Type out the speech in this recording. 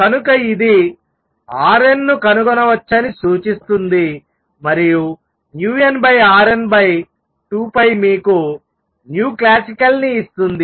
కనుక ఇది rn ను కనుగొనవచ్చని సూచిస్తుంది మరియు vnrn2π మీకు classicalని ఇస్తుంది